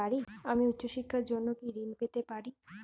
আমি উচ্চশিক্ষার জন্য কি ঋণ পেতে পারি?